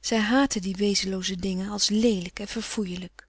zij haatte die wezenlooze dingen als leelijk en verfoeielijk